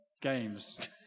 games